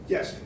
Yes